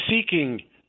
seeking